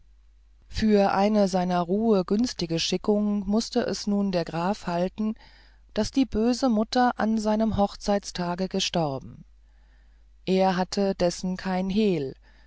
für eine seiner ruhe günstige schickung mußte es nun der graf halten daß die böse mutter an seinem hochzeitstage gestorben er hatte dessen kein hehl